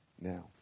Now